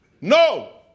No